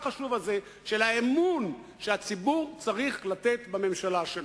חשוב הזה של האמון שהציבור צריך לתת בממשלה שלו.